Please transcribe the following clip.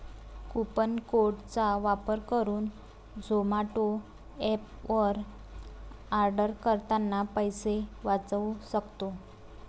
coupon code चा वापर करुन झोमाटो एप वर आर्डर करतांना पैसे वाचउ सक्तो